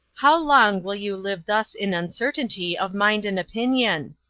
how long will you live thus in uncertainty of mind and opinion?